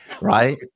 Right